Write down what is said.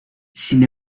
sin